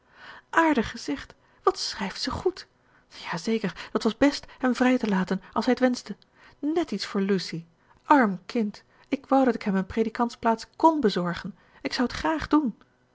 aardig gezegd wat schrijft ze goed ja zeker dat was best hem vrij te laten als hij t wenschte net iets voor lucy arm kind ik wou dat ik hem een predikantsplaats kon bezorgen k zou t graag doen